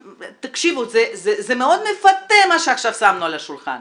תקשיבו, זה מאוד מפתה מה שעכשיו שמנו על השולחן.